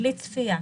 בלי צפייה.